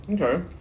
Okay